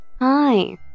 hi